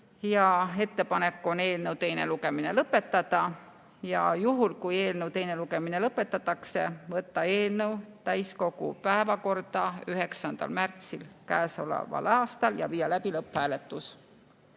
Ettepanek on eelnõu teine lugemine lõpetada ja juhul, kui teine lugemine lõpetatakse, võtta eelnõu täiskogu päevakorda 9. märtsil käesoleval aastal ja viia läbi lõpphääletus.